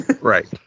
Right